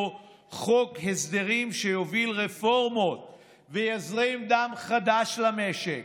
חוק הסדרים שיוביל רפורמות ויזרים דם חדש למשק